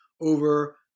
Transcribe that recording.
over